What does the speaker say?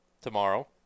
tomorrow